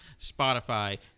Spotify